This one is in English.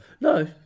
No